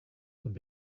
would